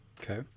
Okay